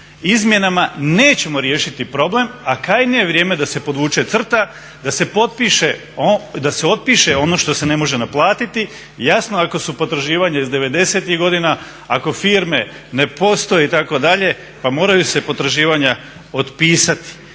izmjenama nećemo riješiti problem, a krajnje je vrijeme da se podvuče crta, da se otpiše ono što se ne može naplatiti. Jasno, ako su potraživanja iz '90.-ih godina, ako firme ne postoje itd., pa moraju se potraživanja otpisati.